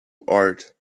art